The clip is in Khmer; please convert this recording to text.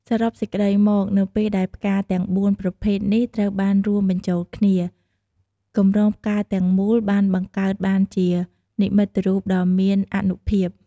សរុបសេចក្តីមក នៅពេលដែលផ្កាទាំងបួនប្រភេទនេះត្រូវបានរួមបញ្ចូលគ្នា កម្រងផ្កាទាំងមូលបានបង្កើតបានជានិមិត្តរូបដ៏មានអានុភាព។